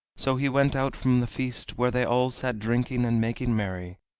so he went out from the feast, where they all sat drinking and making merry,